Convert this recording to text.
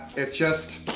it's just,